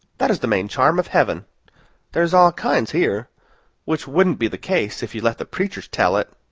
that is the main charm of heaven there's all kinds here which wouldn't be the case if you let the preachers tell it.